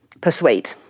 persuade